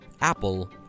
Apple